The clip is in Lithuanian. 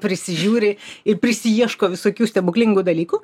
prisižiūri ir prisiieško visokių stebuklingų dalykų